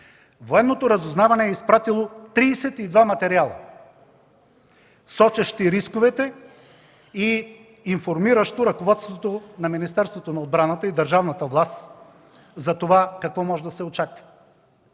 Военното разузнаване е изпратило 32 материала, сочещи рисковете и информиращо ръководството на Министерството на отбраната и държавната власт за това какво може да се очаква